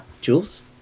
Jules